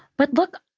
but look,